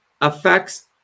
affects